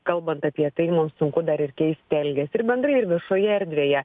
kalbant apie tai mums sunku dar ir keist elgesį ir bendrai ir viešoje erdvėje